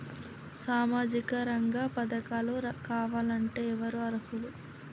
సామాజిక రంగ పథకాలు కావాలంటే ఎవరు అర్హులు?